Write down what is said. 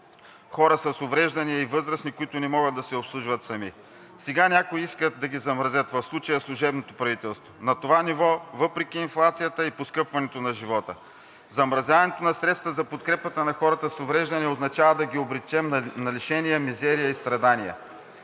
хора с увреждания и възрастни, които не могат да се обслужват сами. Сега някои искат да ги замразят, в случая служебното правителство, на това ниво въпреки инфлацията и поскъпването на живота. Замразяването на средствата за подкрепата на хората с увреждания означава да ги обречем на лишения, мизерия и страдания.